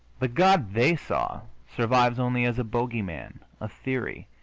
the god they saw survives only as a bogey-man, a theory,